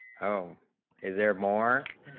um is there more